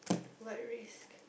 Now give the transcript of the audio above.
what risks